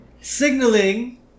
Signaling